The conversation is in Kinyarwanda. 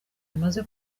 bamaze